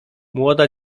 młoda